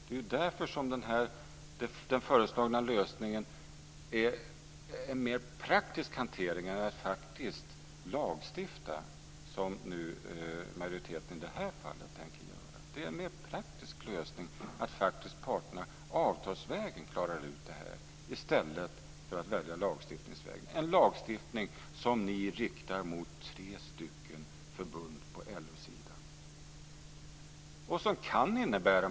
Det är därför som den föreslagna lösningen är en mer praktisk hantering än att lagstifta, som nu majoriteten i det här fallet tänker göra. Det är en mer praktisk lösning att parterna klarar ut det här avtalsvägen i stället för att man väljer lagstiftningsvägen. Detta är en lagstiftning som ni riktar mot tre stycken förbund på LO-sidan.